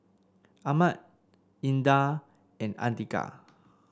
Ahmad Indah and Andika